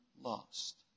lost